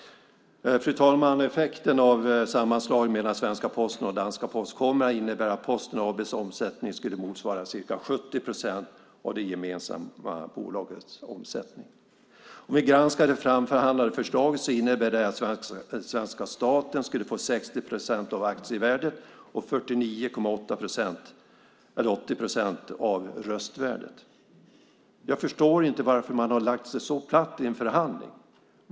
Fru talman! Effekten av sammanslagningen mellan svenska Posten och danska Posten kommer att innebära att Posten AB:s omsättning kommer att motsvara ca 70 procent av det gemensamma bolagets omsättning. Om vi granskar det framförhandlade förslaget ser vi att det innebär att svenska staten skulle få 60 procent av aktievärdet och 49,81 procent av röstvärdet. Jag förstår inte varför man har lagt sig så platt i en förhandling.